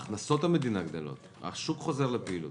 כי הכנסות המדינה גדלות, השוק חוזר לפעילות.